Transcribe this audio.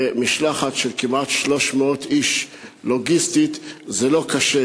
ומשלחת של כמעט 300 איש, לוגיסטית זה לא קל,